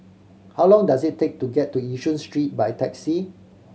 how long does it take to get to Yishun Street by taxi